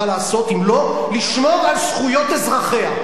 לעשות אם לא לשמור על זכויות אזרחיה?